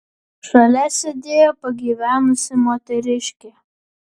šalia sėdėjo pagyvenusi moteriškė